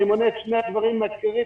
אני מונה את שני הדברים הקריטיים,